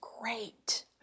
great